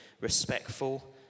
respectful